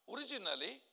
Originally